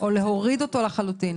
או להוריד אותו לחלוטין?